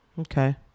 Okay